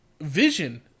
Vision